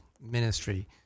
ministry